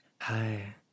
Hi